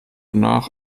nach